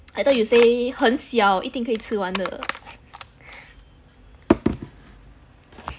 I thought you say 很小一定可以吃完的